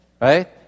right